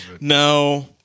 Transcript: No